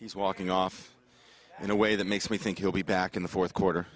he's walking off in a way that makes me think he'll be back in the fourth quarter